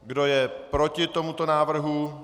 Kdo je proti tomuto návrhu?